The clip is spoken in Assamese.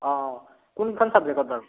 অঁ কোনখন চাবজেকত বাৰু